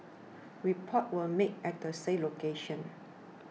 reports were made at the said location